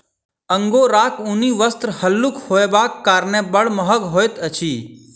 अंगोराक ऊनी वस्त्र हल्लुक होयबाक कारणेँ बड़ महग होइत अछि